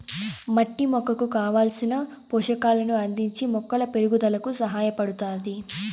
మట్టి మొక్కకు కావలసిన పోషకాలను అందించి మొక్కల పెరుగుదలకు సహాయపడుతాది